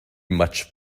much